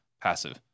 passive